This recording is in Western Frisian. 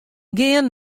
gean